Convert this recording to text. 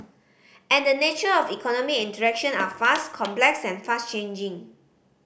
and the nature of economy interaction are vast complex and fast changing